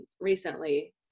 recently